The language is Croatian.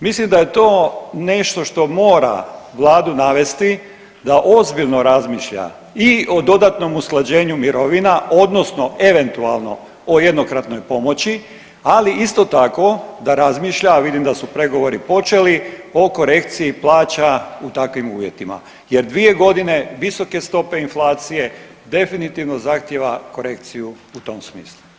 Mislim da je to nešto što mora vladu navesti da ozbiljno razmišlja i o dodatnom usklađenju mirovina odnosno eventualno o jednokratnoj pomoći, ali isto tako da razmišlja, a vidim da su pregovori počeli o korekciji plaća u takvim uvjetima jer 2 godine visoke stope inflacije definitivno zahtjeva korekciju u tom smislu.